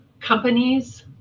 companies